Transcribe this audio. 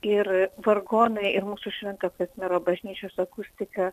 ir vargonai ir mūsų švento kazimiero bažnyčios akustika